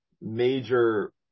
major